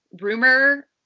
rumor